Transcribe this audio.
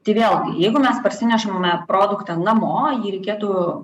tai vėlgi jeigu mes parsinešame produktą namo jį reikėtų